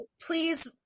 Please